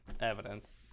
evidence